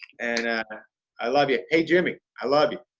and i love you. hey, jimmy, i love you.